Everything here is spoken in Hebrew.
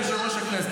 היית יושב-ראש הכנסת,